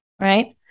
right